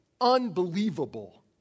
unbelievable